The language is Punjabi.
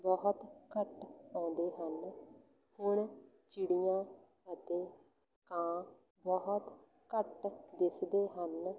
ਬਹੁਤ ਘੱਟ ਆਉਂਦੇ ਹਨ ਹੁਣ ਚਿੜੀਆਂ ਅਤੇ ਕਾਂ ਬਹੁਤ ਘੱਟ ਦਿਸਦੇ ਹਨ